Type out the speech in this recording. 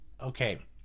okay